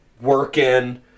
working